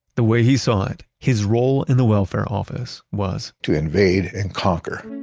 the way he saw it, his role in the welfare office was to invade and conquer.